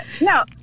no